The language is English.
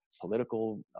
political